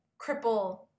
cripple